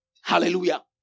Hallelujah